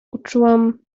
uczułam